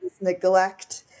neglect